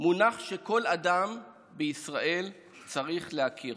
מונח שכל אדם בישראל צריך להכיר.